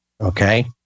Okay